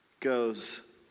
goes